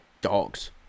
dogs